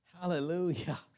Hallelujah